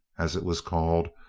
as it was called,